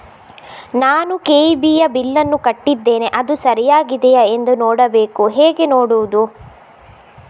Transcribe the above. ನಾನು ಕೆ.ಇ.ಬಿ ಯ ಬಿಲ್ಲನ್ನು ಕಟ್ಟಿದ್ದೇನೆ, ಅದು ಸರಿಯಾಗಿದೆಯಾ ಎಂದು ನೋಡಬೇಕು ಹೇಗೆ ನೋಡುವುದು?